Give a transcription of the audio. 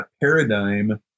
paradigm